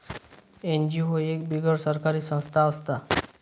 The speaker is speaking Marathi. एन.जी.ओ एक बिगर सरकारी संस्था असता